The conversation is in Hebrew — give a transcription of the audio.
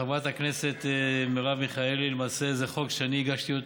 הכנסת מרב מיכאלי היא למעשה חוק שאני הגשתי,